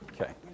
Okay